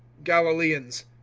galilaeans,